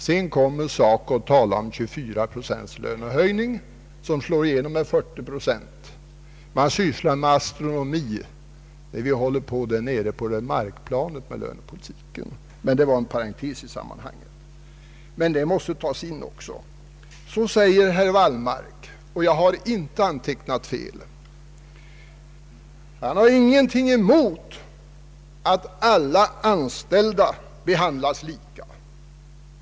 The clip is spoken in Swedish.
Sedan kommer SACO och talar om 24 procents lönehöjning, som slår igenom med 40 procent. Man sysslar med astronomi, när vi håller på nere på markplanet med lönepolitiken. Men detta var en parentes i sammanhanget. Det måste emellertid också nämnas. Herr Wallmark säger — och jag har inte antecknat fel — att han inte har någonting emot att alla anställda behandlas lika.